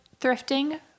thrifting